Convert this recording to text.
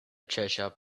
treasure